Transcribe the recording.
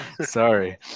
Sorry